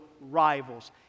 rivals